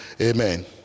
Amen